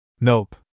Nope